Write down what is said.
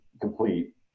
complete